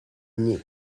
nih